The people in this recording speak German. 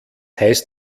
heißt